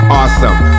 awesome